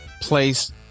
place